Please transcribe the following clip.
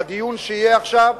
בדיון שיהיה עכשיו,